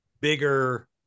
bigger